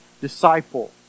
disciple